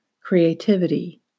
creativity